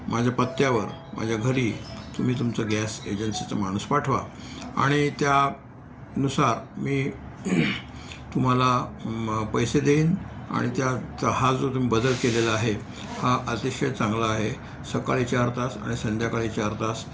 माझ्या पत्त्यावर माझ्या घरी तुम्ही तुमचं गॅस एजन्सीचं माणूस पाठवा आणि त्यानुसार मी तुम्हाला मग पैसे देईन आणि त्याचा हा जो तुम्ही बदल केलेला आहे हा अतिशय चांगला आहे सकाळी चार तास आणि संध्याकाळी चार तास